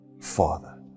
father